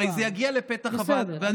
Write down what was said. הרי זה יגיע לפתח הוועדה,